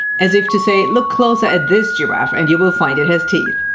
as if to say look closer at this giraffe and you will find it has teeth!